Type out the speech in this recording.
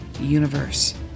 universe